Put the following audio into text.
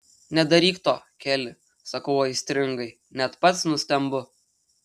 nedaryk to keli sakau aistringai net pats nustembu